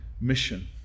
mission